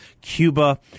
Cuba